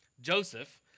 Joseph